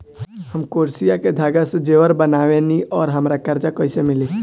हम क्रोशिया के धागा से जेवर बनावेनी और हमरा कर्जा कइसे मिली?